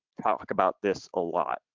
talk about this a lot.